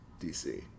DC